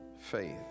faith